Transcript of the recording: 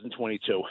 2022